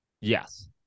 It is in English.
Yes